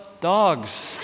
dogs